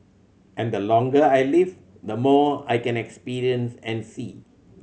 and the longer I live the more I can experience and see